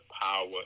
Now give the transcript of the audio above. power